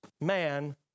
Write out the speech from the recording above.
man